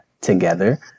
together